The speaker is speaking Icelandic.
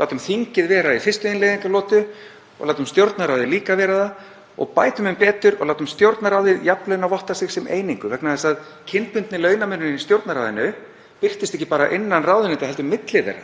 Látum þingið vera í fyrstu innleiðingarlotu og látum Stjórnarráðið líka vera það og bætum um betur og látum Stjórnarráðið jafnlaunavotta sig sem einingu vegna þess að kynbundinn launamunur í Stjórnarráðinu birtist ekki bara innan ráðuneyta heldur milli þeirra